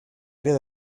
área